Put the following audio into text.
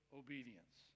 obedience